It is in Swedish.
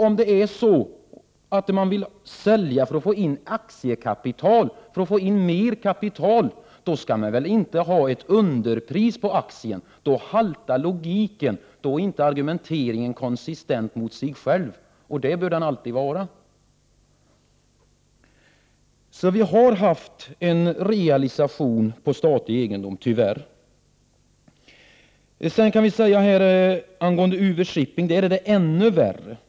Om man vill sälja för att få in mer aktiekapital, skall man väl inte ha ett underpris på aktien? Då haltar logiken, då är inte argumenteringen konsekvent. Det bör den alltid vara. Vi har haft en realisation på statlig egendom, tyvärr. Angående UV-Shipping är det ännu värre.